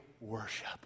worship